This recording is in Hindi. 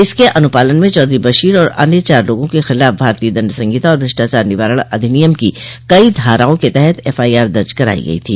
इसके अनुपालन में चौधरी बशीर और अन्य चार लोगों के खिलाफ भारतीय दंड संहिता और भ्रष्टाचार निवारण अधिनियम की कई धाराओं के तहत एफआईआर दर्ज कराई गई थी